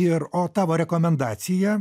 ir o tavo rekomendacija